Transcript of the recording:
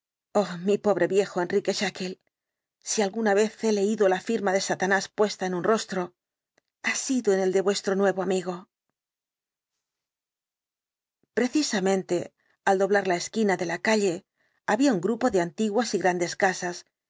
mi pobre viejo enrique jekyll si al guna vez he leído la firma de satanás puesta en un rostro ha sido en el de vuestro nuevo amigo precisamente al doblar la esquina de la calle había un grupo de antiguas y grandes casas